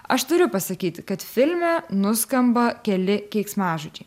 aš turiu pasakyti kad filme nuskamba keli keiksmažodžiai